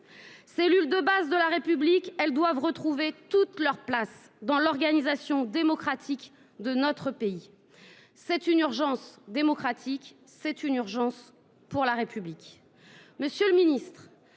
Cellule de base de la République, elles doivent retrouver toute leur place dans l'organisation démocratique de notre pays. C'est une urgence démocratique c'est une urgence pour la République.